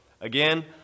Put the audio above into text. again